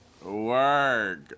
Work